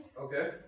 Okay